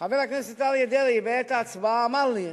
חבר הכנסת אריה דרעי בעת ההצבעה אמר לי: